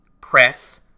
press